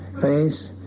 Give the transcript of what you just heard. face